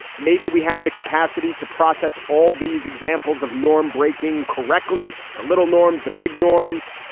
maybe we have the capacity to process all these examples of norm breaking correctly, the little norms, the big norms.